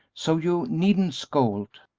so you needn't scold.